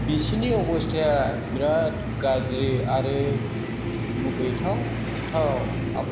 बिसोरनि अबस्थाया बिराद गाज्रि आरो मुगैथाव थाव